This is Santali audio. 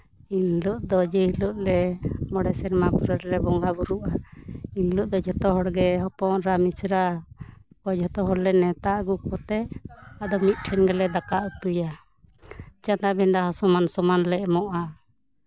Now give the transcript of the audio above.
ᱮᱱᱦᱤᱞᱳᱜ ᱫᱚ ᱡᱮᱦᱤᱞᱳᱜ ᱞᱮ ᱢᱚᱬᱮ ᱥᱮᱨᱢᱟ ᱯᱚᱨ ᱞᱮ ᱵᱚᱸᱜᱟ ᱵᱳᱨᱳᱜᱼᱟ ᱮᱱᱦᱤᱞᱳᱜ ᱫᱚ ᱡᱷᱚᱛᱚ ᱦᱚᱲᱜᱮ ᱦᱚᱯᱚᱱ ᱮᱨᱟ ᱢᱤᱥᱨᱟ ᱡᱷᱚᱛᱚ ᱦᱚᱲᱞᱮ ᱱᱮᱣᱛᱟ ᱟᱜᱩ ᱠᱚᱛᱮ ᱟᱫᱚ ᱢᱤᱫᱴᱷᱮᱱ ᱜᱮᱞᱮ ᱫᱟᱠᱟ ᱩᱛᱩᱭᱟ ᱪᱟᱸᱫᱟ ᱵᱷᱮᱫᱟ ᱦᱚᱸ ᱥᱚᱢᱟᱱ ᱥᱚᱢᱟᱱ ᱞᱮ ᱮᱢᱚᱜᱼᱟ